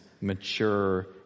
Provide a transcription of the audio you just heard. mature